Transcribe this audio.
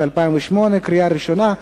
קריאה ראשונה.